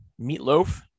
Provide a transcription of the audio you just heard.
meatloaf